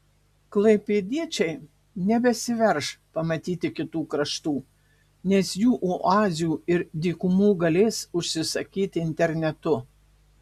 klaipėdiečiai nebesiverš pamatyti kitų kraštų nes jų oazių ir dykumų galės užsisakyti internetu